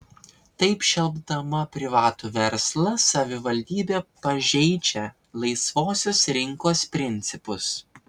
taip šelpdama privatų verslą savivaldybė pažeidžia laisvosios rinkos principus